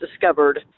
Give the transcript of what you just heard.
discovered